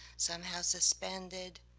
somehow suspended,